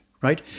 right